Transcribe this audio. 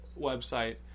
website